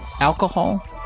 alcohol